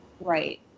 Right